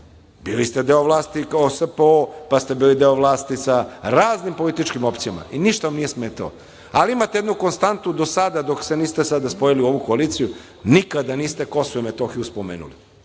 bili ste deo vlasti i kao SPO, pa ste bili deo vlasti sa raznim političkim opcijama i ništa vam nije smetalo, ali imate jednu konstantu do sada dok se niste sada spojili u ovu koaliciju, nikada niste Kosovo i Metohiju spomenuli. Ja